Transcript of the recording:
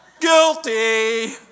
Guilty